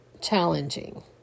challenging